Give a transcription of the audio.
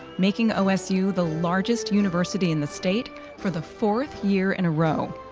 making osu the largest university in the state for the fourth year in a row.